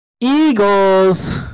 Eagles